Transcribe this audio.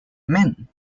men